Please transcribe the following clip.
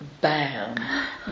bam